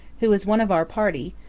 who is one of our party,